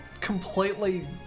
completely